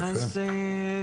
אז,